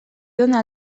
dóna